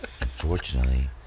Unfortunately